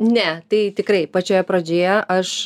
ne tai tikrai pačioje pradžioje aš